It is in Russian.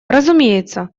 разумеется